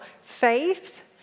faith